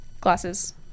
glasses